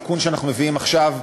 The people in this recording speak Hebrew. התיקון שאנחנו מביאים עכשיו,